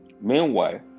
meanwhile